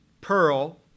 pearl